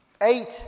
Eight